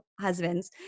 husbands